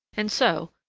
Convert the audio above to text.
and so,